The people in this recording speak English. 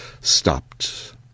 stopped